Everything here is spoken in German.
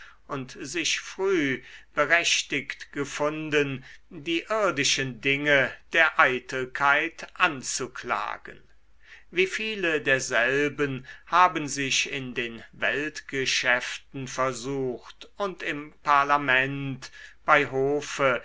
und sich früh berechtigt gefunden die irdischen dinge der eitelkeit anzuklagen wie viele derselben haben sich in den weltgeschäften versucht und im parlament bei hofe